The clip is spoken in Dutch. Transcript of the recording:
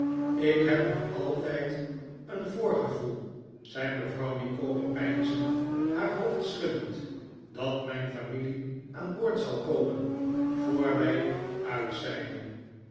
ik heb nog altijd een voorgevoel zei mevrouw micawber peinzend haar hoofd schuddend dat mijn familie aan boord zal komen voor wij uitzeilen